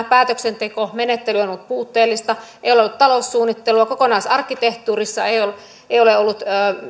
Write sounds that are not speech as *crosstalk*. *unintelligible* päätöksentekomenettely on ollut puutteellista ei ole ollut taloussuunnittelua kokonaisarkkitehtuurissa ei ole ollut